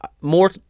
more